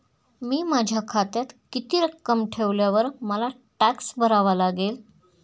मी माझ्या खात्यात किती रक्कम ठेवल्यावर मला टॅक्स भरावा लागेल?